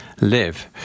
live